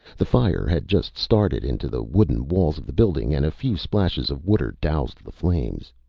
the fire had just started into the wooden walls of the building and a few splashes of water doused the flames.